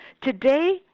Today